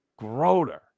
Groder